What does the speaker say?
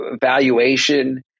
valuation